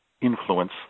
influence